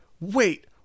wait